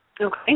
Okay